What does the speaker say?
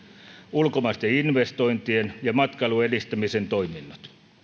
ulkomaisten investointien ja matkailun edistämisen toiminnot